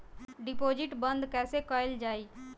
Deposit बंद कैसे कैल जाइ?